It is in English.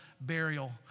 burial